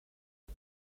het